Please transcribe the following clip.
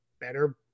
better –